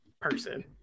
person